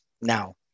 Now